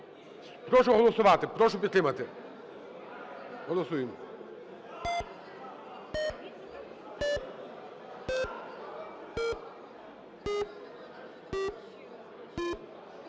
Прошу голосувати. Прошу підтримати. Голосуємо.